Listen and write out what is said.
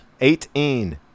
Eighteen